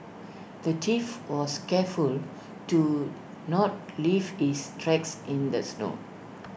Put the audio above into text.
the thief was careful to not leave his tracks in the snow